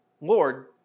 Lord